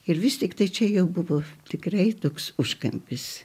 ir vis tiktai čia jau buvo tikrai toks užkampis